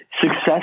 Success